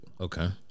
Okay